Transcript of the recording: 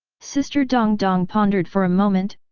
sister dong dong pondered for a moment,